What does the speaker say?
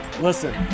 listen